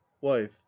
wife